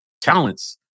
talents